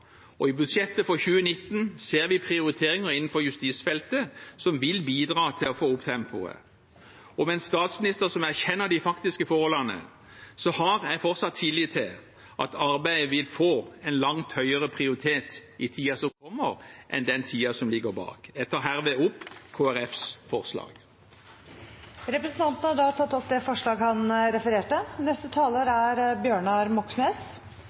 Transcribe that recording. gang. I budsjettet for 2019 ser vi prioriteringer innenfor justisfeltet som vil bidra til å få opp tempoet. Med en statsminister som erkjenner de faktiske forholdene, har jeg fortsatt tillit til at arbeidet vil få en langt høyere prioritet i tiden som kommer, enn det har hatt i den tiden som ligger bak oss. Jeg tar herved opp Kristelig Folkepartis forslag. Representanten Hans Fredrik Grøvan har tatt opp det forslaget han refererte